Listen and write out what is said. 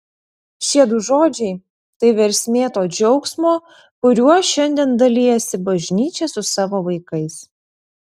šie du žodžiai tai versmė to džiaugsmo kuriuo šiandien dalijasi bažnyčia su savo vaikais